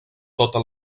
tota